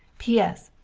p s.